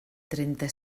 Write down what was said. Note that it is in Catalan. trenta